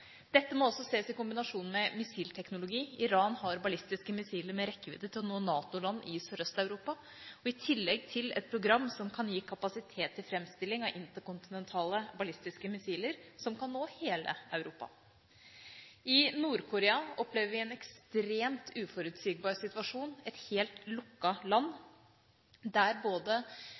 Dette må også ses i kombinasjon med missilteknologi. Iran har ballistiske missiler, med rekkevidde til å nå NATO-land i Sørøst-Europa, i tillegg til et program som kan gi kapasitet til framstilling av interkontinentale ballistiske missiler som kan nå hele Europa. I Nord-Korea opplever vi en ekstremt uforutsigbar situasjon. Det er et helt lukket land, der